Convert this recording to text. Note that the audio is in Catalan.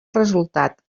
resultat